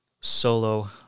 solo